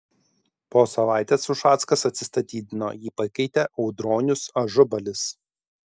po savaitės ušackas atsistatydino jį pakeitė audronius ažubalis